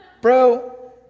bro